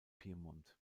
piemont